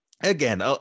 again